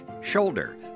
shoulder